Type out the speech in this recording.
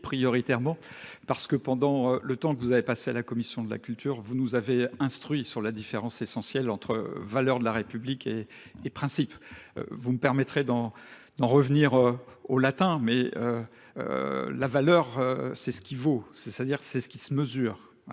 prioritairement, parce que pendant le temps que vous avez passé à la Commission de la Culture, vous nous avez instruit sur la différence essentielle entre valeur de la République et principe. Vous me permettrez d'en... revenir au latin mais la valeur c'est ce qui vaut, c'est-à-dire c'est ce qui se mesure.